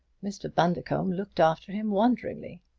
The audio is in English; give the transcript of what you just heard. mr. bundercombe looked after him wonderingly.